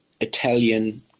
Italian